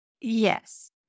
Yes